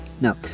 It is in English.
No